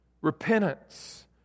Repentance